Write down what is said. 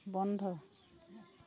বন্ধ